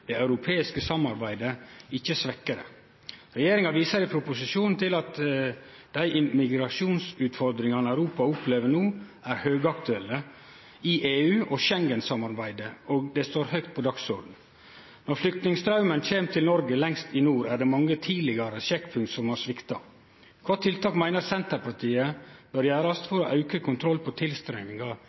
det europeiske samarbeidet, ikkje svekkje det? Regjeringa viser i proposisjonen til at immigrasjonsutfordringane Europa opplever no, er høgaktuelle i EU og Schengen-samarbeidet, og det står høgt på dagsordenen. Når flyktningstraumen kjem til Noreg lengst i nord, er det mange tidlegare sjekkpunkt som har svikta. Kva tiltak meiner Senterpartiet bør gjerast for å auke kontrollen på